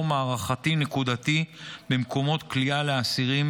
מערכתי נקודתי במקומות כליאה לאסירים,